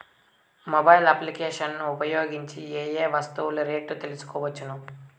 Mobile applications ను ఉపయోగించి ఏ ఏ వస్తువులు రేట్లు తెలుసుకోవచ్చును?